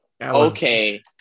Okay